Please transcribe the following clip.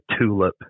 tulip